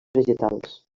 vegetals